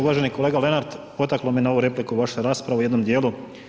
Uvaženi kolega Lenart, potaklo me na ovu repliku vaša rasprava u jednom dijelu.